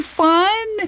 fun